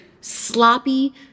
sloppy